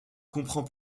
comprend